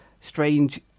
strange